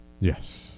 yes